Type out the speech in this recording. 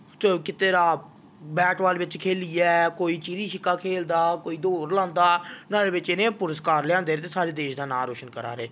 जित्ते दा bat ball बिच्च खेल्लियै कोई चि़ड़ी शिक्का खेलदा कोई दौड़ लांदा नोहाड़े बिच्च इ'नें पुरस्कार लेआंदे न ते साढ़े देश दा नांऽ रोशन करा'रदे न